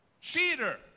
cheater